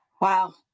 Wow